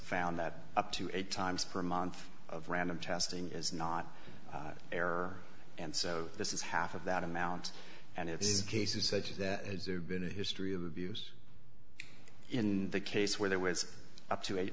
found that up to eight times per month of random testing is not error and so this is half of that amount and it is cases such as that has there been a history of abuse in the case where there was up to eight